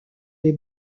des